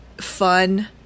fun